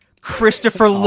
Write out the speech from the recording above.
Christopher